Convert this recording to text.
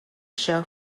show